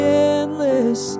endless